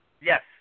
Yes